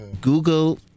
google